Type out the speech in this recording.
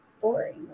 boring